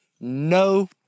no